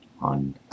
on